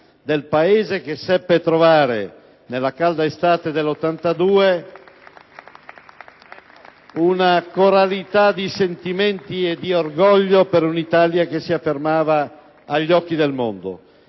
del Paese, che seppe trovare, nella calda estate del 1982, una coralità di sentimenti e di orgoglio per un'Italia che si affermava agli occhi del mondo.